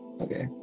Okay